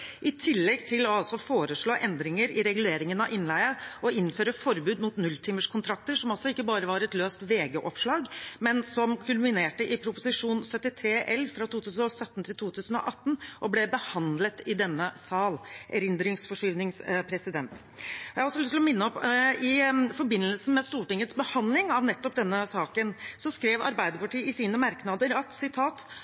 endringer i reguleringen av innleie og å innføre forbud mot nulltimerskontrakter, som altså ikke bare var et løst VG-oppslag, men som kulminerte i Prop. 73 L for 2017–2018, og ble behandlet i denne sal – erindringsforskyvning. Jeg har lyst til å minne om at i forbindelse med Stortingets behandling av nettopp denne saken skrev